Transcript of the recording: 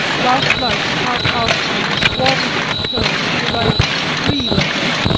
last night the count asked me in the suavest tones to write three letters,